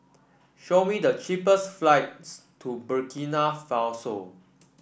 show me the cheapest flights to Burkina Faso